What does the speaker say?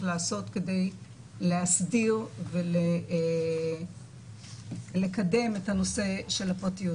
לעשות כדי להסדיר ולקדם את נושא הפרטיות.